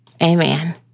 Amen